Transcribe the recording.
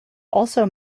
also